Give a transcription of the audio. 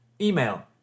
Email